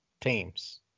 teams